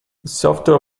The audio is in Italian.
software